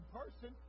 person